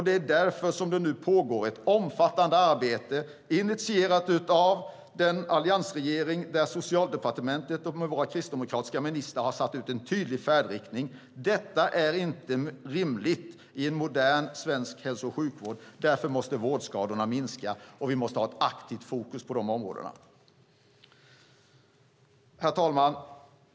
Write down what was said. Det är därför det nu pågår ett omfattande arbete initierat av den alliansregering där Socialdepartementet med våra kristdemokratiska ministrar har satt ut en tydlig färdriktning. Detta är inte rimligt i en modern svensk hälso och sjukvård. Därför måste vårdskadorna minska, och vi måste ha ett aktivt fokus på dessa områden. Herr talman!